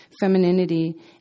femininity